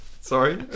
Sorry